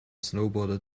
snowboarder